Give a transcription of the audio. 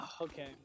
Okay